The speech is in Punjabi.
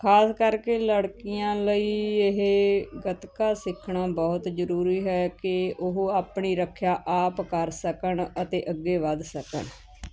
ਖਾਸ ਕਰਕੇ ਲੜਕੀਆਂ ਲਈ ਇਹ ਗੱਤਕਾ ਸਿਖਣਾ ਬਹੁਤ ਜ਼ਰੂਰੀ ਹੈ ਕਿ ਉਹ ਆਪਣੀ ਰੱਖਿਆ ਆਪ ਕਰ ਸਕਣ ਅਤੇ ਅੱਗੇ ਵਧ ਸਕਣ